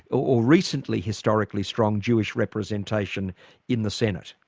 or recently historically strong jewish representation in the senate?